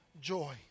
joy